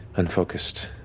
unfocused.